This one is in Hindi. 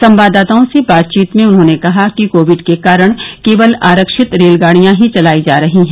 संवाददाताओं से बातचीत में उन्होंने कहा कि कोविड के कारण केवल आरक्षित रेलगाडियां ही चलाई जा रही हैं